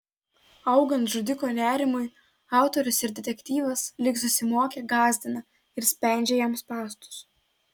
augant žudiko nerimui autorius ir detektyvas lyg susimokę gąsdina ir spendžia jam spąstus